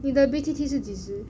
你的 B_T_T 是几时